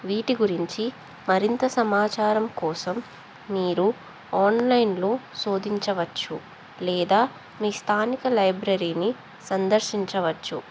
వీటి గురించి మరింత సమాచారం కోసం మీరు ఆన్లైన్లో శోధించవచ్చు లేదా మీ స్థానిక లైబ్రరీని సందర్శించవచ్చు